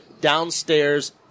downstairs